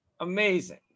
Amazing